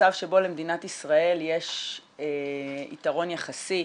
מצב שבו למדינת ישראל יש יתרון יחסי